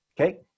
Okay